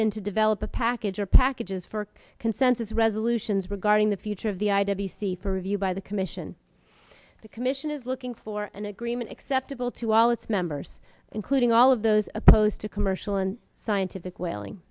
been to develop a package of packages for consensus resolutions regarding the future of the i w c for review by the commission the commission is looking for an agreement acceptable to all its members including all of those opposed to commercial and scientific whaling